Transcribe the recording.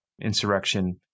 insurrection